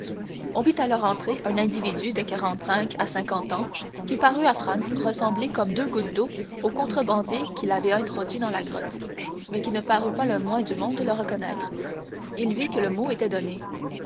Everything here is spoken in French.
on vit alors entrer un individu de quarante-cinq à cinquante ans qui parut à franz ressembler comme deux gouttes d'eau au contrebandier qui l'avait introduit dans la grotte mais qui ne parut pas le moins du monde le reconnaître il vit que le mot était donné